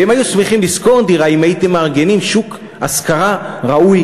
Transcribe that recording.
והם היו שמחים לשכור דירה אם הייתם מארגנים שוק השכרה ראוי,